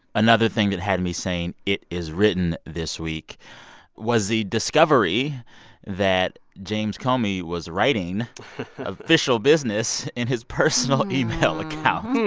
another thing that had me saying it is written this week was the discovery that james comey was writing official business in his personal email account.